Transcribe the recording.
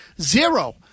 Zero